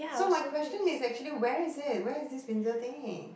so my question is actually where is it where is this Windsor thing